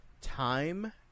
time